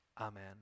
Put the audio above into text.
amen